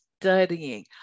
Studying